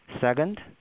Second